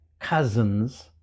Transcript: cousins